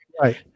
Right